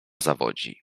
zawodzi